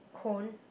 cone